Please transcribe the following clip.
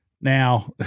Now